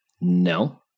No